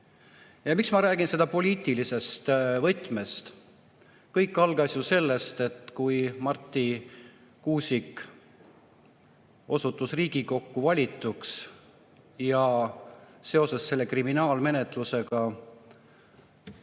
Miks ma räägin seda poliitilises võtmes? Kõik algas ju sellest, kui Marti Kuusik osutus Riigikokku valituks. Ja seoses selle kriminaalmenetlusega